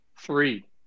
Three